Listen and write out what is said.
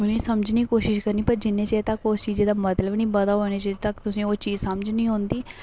मी समझने दी कोशिश करनी पर जिन्ने चिर कुस चीजा दा मतलब नी पता होए उन्ने चिरे तक तुसेंगी ओह् चीज समझ नी औंदी